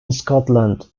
scotland